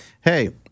Hey